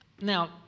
Now